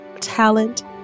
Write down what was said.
talent